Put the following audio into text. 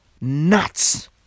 nuts